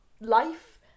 life